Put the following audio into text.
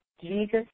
Jesus